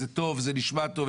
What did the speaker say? זה נשמע טוב,